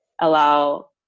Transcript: allow